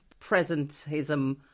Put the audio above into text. presentism